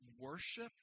worship